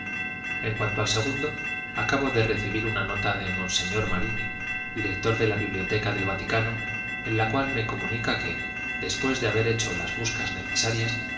en cuanto al segundo acabo de recibir una nota de monseñor marini director de la biblioteca del vaticano en la cual me comunica que después de haber hecho las buscas necesarias